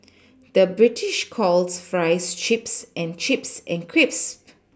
the British calls Fries Chips and Chips and Crisps